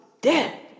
dead